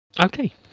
Okay